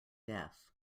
death